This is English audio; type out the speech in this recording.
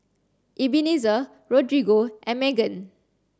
Ebenezer Rodrigo and Meggan